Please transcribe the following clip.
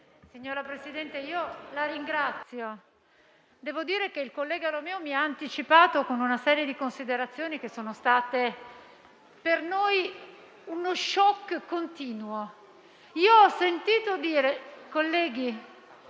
Signor Presidente, io la ringrazio. Devo dire che il collega Romeo mi ha anticipato con una serie di considerazioni che sono state per noi uno *shock* continuo. Colleghi, ho sentito dire oggi